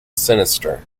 sinister